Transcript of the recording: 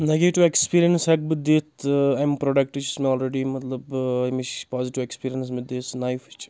negative experience ہیٚکہٕ بہٕ دِتھ اَمہِ پرٛوڈَکٹٕچ یُس مےٚ آلرَیٚڈِی مطلب اَمِچ پازِٹِو ایٚکٕسپیٖریَنٕس مےٚ دِژ نایفٕچ